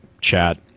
chat